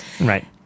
Right